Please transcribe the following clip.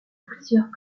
plusieurs